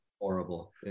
horrible